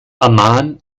amman